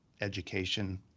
education